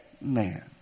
man